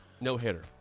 No-hitter